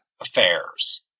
affairs